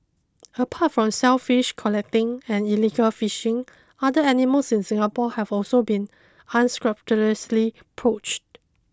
apart from shellfish collecting and illegal fishing other animals in Singapore have also been unscrupulously poached